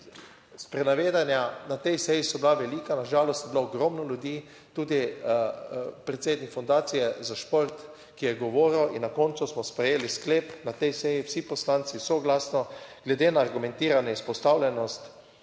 Sprenevedanja na tej seji so bila velika. Na žalost je bilo ogromno ljudi tudi predsednik Fundacije za šport, ki je govoril in na koncu smo sprejeli sklep na tej seji, vsi poslanci soglasno glede na argumentirano izpostavljenost